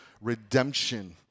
redemption